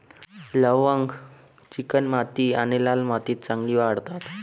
लवंग चिकणमाती आणि लाल मातीत चांगली वाढतात